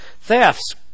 Thefts